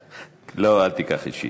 לא, אל תיקח אישית.